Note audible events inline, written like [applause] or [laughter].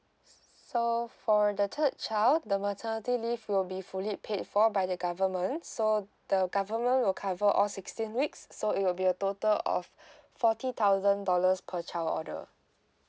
so for the third child the maternity leave will be fully paid for by the government so the government will cover all sixteen weeks so it will be a total of [breath] forty thousand dollars per child order